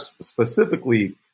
specifically